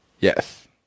Yes